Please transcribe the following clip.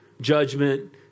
judgment